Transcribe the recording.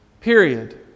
Period